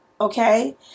Okay